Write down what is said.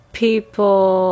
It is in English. people